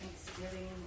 Thanksgiving